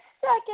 second